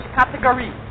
category